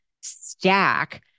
stack